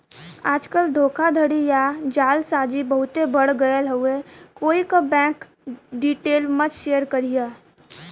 आजकल धोखाधड़ी या जालसाजी बहुते बढ़ गयल हउवे कोई क बैंक डिटेल मत शेयर करिहा